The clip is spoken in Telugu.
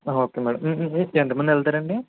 ఓకే మేడం ఎంత మంది వెళ్తారండి